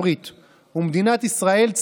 ולא רק מעל הדוכן,